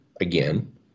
again